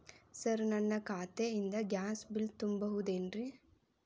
Sir ನನ್ನ ಖಾತೆಯಿಂದ gas bill ತುಂಬಹುದೇನ್ರಿ?